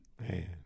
Man